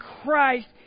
Christ